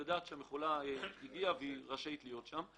היא תדע שהמכולה רשאית להיות שם.